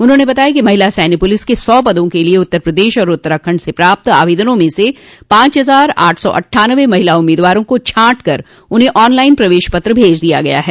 उन्होंने बताया कि महिला सैन्य पुलिस के सौ पदों के लिए उत्तर प्रदेश और उत्तराखंड से प्राप्त आवेदनों में से पांच हजार आठ सौ अट्ठान्नबे महिला उम्मीदवारों को छांट कर उन्हें ऑनलाइन प्रवेश पत्र भेज दिया गये हैं